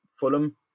Fulham